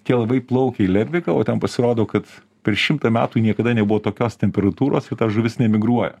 tie laivai plaukia į ledviką o ten pasirodo kad per šimtą metų niekada nebuvo tokios temperatūros ir ta žuvis nemigruoja